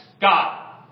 God